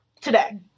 today